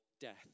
death